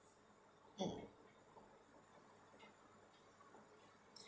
mm